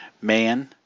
man